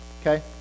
Okay